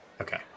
Okay